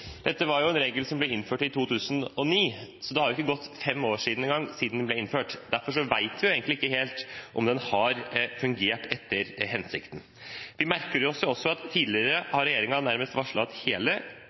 Dette var en regel som ble innført i 2009, så det har ikke gått fem år engang siden den ble innført, og derfor vet vi jo egentlig ikke helt om den har fungert etter hensikten. Vi merker oss også at tidligere